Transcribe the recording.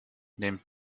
nehmt